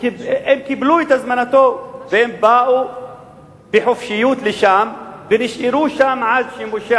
הם קיבלו את הזמנתו ובאו בחופשיות לשם ונשארו שם עד שמשה,